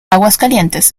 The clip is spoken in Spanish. aguascalientes